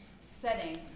setting